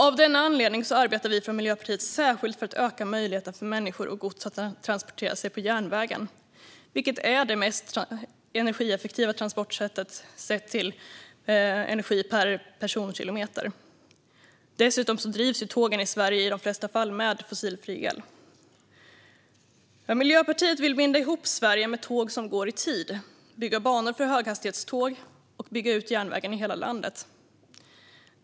Av denna anledning arbetar vi från Miljöpartiet särskilt för att öka möjligheten för människor och gods att transportera sig på järnvägen, vilket är det mest energieffektiva transportsättet sett till energi per personkilometer. Dessutom drivs tågen i Sverige i de flesta fall med fossilfri el. Miljöpartiet vill binda ihop Sverige med tåg som går i tid, bygga banor för höghastighetståg och bygga ut järnvägen i hela landet.